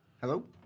Hello